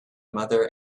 mother